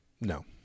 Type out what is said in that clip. No